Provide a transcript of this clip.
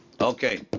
Okay